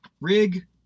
rig